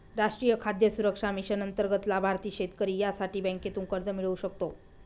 राष्ट्रीय खाद्य सुरक्षा मिशन अंतर्गत लाभार्थी शेतकरी यासाठी बँकेतून कर्ज मिळवू शकता